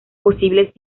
posibles